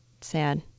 sad